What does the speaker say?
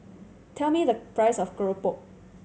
tell me the price of keropok